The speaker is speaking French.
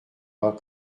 pas